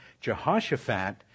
Jehoshaphat